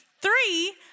Three